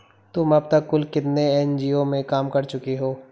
तुम अब तक कुल कितने एन.जी.ओ में काम कर चुकी हो?